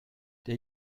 der